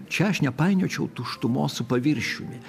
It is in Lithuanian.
čia aš nepainiočiau tuštumos su paviršiumi